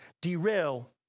derail